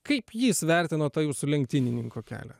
kaip jis vertino tą jūsų lenktynininko kelią